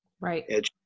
right